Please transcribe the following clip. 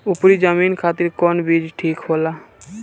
उपरी जमीन खातिर कौन बीज ठीक होला?